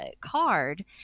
card